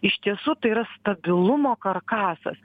iš tiesų tai yra stabilumo karkasas